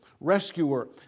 Rescuer